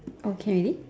oh can already